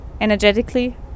energetically